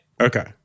Okay